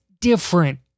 different